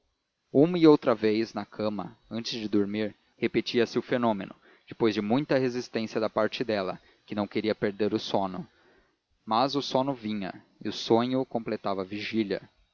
uma ou outra vez na cama antes de dormir repetia-se o fenômeno depois de muita resistência da parte dela que não queria perder o sono mas o sono vinha e o sonho completava a vigília